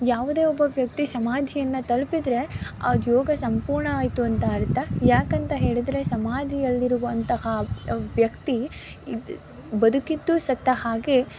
ಯಾವುದೇ ಒಬ್ಬ ವ್ಯಕ್ತಿ ಸಮಾಧಿಯನ್ನು ತಲುಪಿದರೆ ಆ ಯೋಗ ಸಂಪೂರ್ಣವಾಯಿತು ಅಂತ ಅರ್ಥ ಯಾಕಂತ ಹೇಳಿದರೆ ಸಮಾಧಿಯಲ್ಲಿರುವಂತಹ ವ್ಯಕ್ತಿ ಇದ್ದ ಬದುಕಿದ್ದೂ ಸತ್ತ ಹಾಗೆ